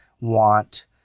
want